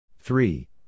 Three